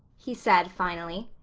he said finally,